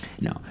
No